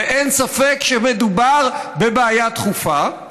ואין ספק שמדובר בבעיה דחופה,